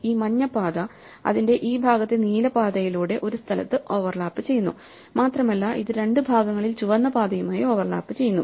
ഈ മഞ്ഞ പാത അതിന്റെ ഈ ഭാഗത്തെ നീല പാതയിലൂടെ ഒരു സ്ഥലത്തു ഓവർലാപ്പ് ചെയ്യുന്നു മാത്രമല്ല ഇത് 2 ഭാഗങ്ങളിൽ ചുവന്ന പാതയുമായി ഓവർലാപ്പ് ചെയ്യുന്നു